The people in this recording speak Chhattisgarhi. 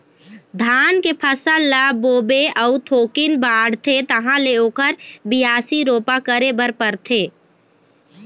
धान के फसल ल बोबे अउ थोकिन बाढ़थे तहाँ ले ओखर बियासी, रोपा करे बर परथे